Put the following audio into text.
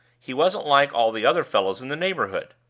he wasn't like all the other fellows in the neighborhood.